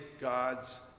God's